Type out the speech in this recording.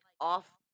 off